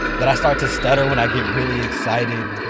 that i start to stutter when i get really excited.